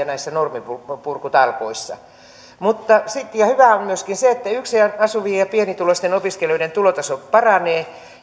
näissä norminpurkutalkoissa hyvää on myöskin se että yksin asuvien ja pienituloisten opiskelijoiden tulotaso paranee